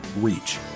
reach